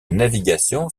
navigation